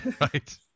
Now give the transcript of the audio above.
right